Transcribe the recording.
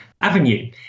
avenue